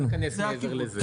לא ניכנס מעבר לזה.